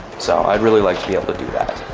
so i'd really like to be able to do that.